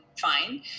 fine